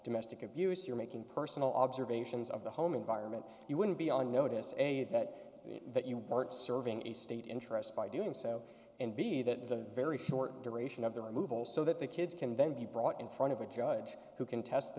domestic abuse you're making personal observations of the home environment you wouldn't be on notice and a that that you aren't serving a state interest by doing so and b that the very short duration of the removal so that the kids can then be brought in front of a judge who can test the